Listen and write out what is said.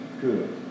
good